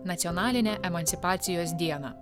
nacionalinę emancipacijos dieną